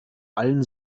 allen